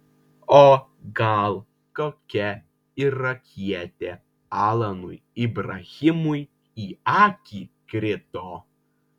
o gal kokia irakietė alanui ibrahimui į akį krito